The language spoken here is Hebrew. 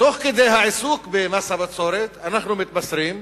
תוך העיסוק במס הבצורת, אנחנו מתבשרים